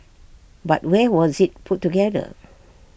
but where was IT put together